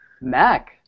Mac